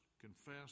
confess